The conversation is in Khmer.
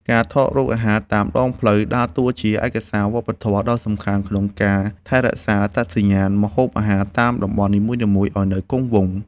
ការថតរូបអាហារតាមដងផ្លូវ ដើរតួជាឯកសារវប្បធម៌ដ៏សំខាន់ក្នុងការថែរក្សាអត្តសញ្ញាណម្ហូបអាហារតាមតំបន់នីមួយៗឱ្យនៅគង់វង្ស។